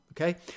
Okay